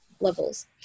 levels